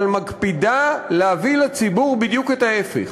אבל מקפידה להביא לציבור בדיוק את ההפך: